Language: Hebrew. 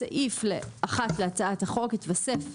בסעיף 1 להצעת החוק יתווסף